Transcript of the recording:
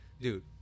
dude